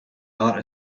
art